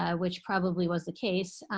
ah which probably was the case.